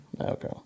Okay